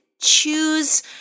choose